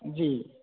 जी